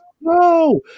no